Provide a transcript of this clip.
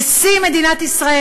נשיא מדינת ישראל.